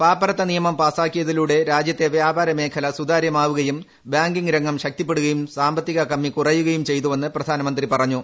പാപ്പരത്ത നിയമം പാസാക്കുമുതിലൂടെ രാജ്യത്തെ വ്യാപാര മേഖല സുതാര്യമാവുകയും ബ്രാങ്ക്ടിംഗ് രംഗം ശക്തിപ്പെടുകയും സാമ്പത്തിക കമ്മി കുറയുകയും ക്ഷ്യ്തുവെന്ന് പ്രധാനമന്ത്രി പറഞ്ഞു